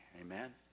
Amen